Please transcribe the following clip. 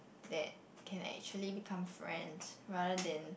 that can actually become friends rather than